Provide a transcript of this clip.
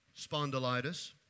spondylitis